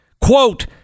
Quote